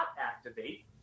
activate